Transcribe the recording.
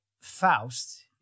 Faust